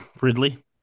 Ridley